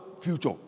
future